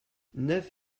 neuf